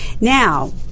Now